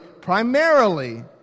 primarily